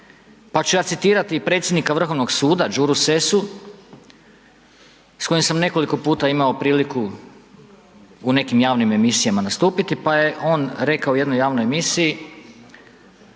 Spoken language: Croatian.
pa ću ja citirati predsjednika Vrhovnog suda, Đuru Sessu s kojim sam nekoliko puta imao priliku u nekim javnim emisijama nastupiti, pa je on rekao u jednoj javnoj emisiji